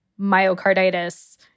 myocarditis